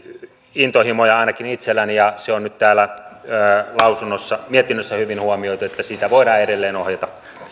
intohimoja ainakin itselläni ja se on nyt täällä mietinnössä hyvin huomioitu että sitä voidaan edelleen ohjata